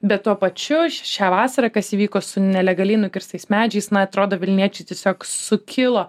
bet tuo pačiu ši šią vasarą kas įvyko su nelegaliai nukirstais medžiais na atrodo vilniečiai tiesiog sukilo